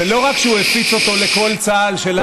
ולא רק שהוא הפיץ אותו לכל צה"ל של אז,